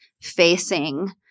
facing